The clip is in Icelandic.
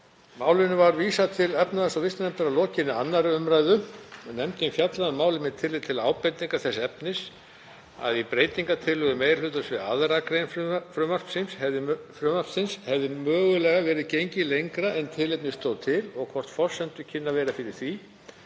Málinu var vísað til efnahags- og viðskiptanefndar að lokinni 2. umr. Nefndin fjallaði um málið með tilliti til ábendinga þess efnis að í breytingartillögu meiri hlutans við 2. gr. frumvarpsins hefði mögulega verið gengið lengra en tilefni stóð til og hvort forsendur kynnu að vera fyrir því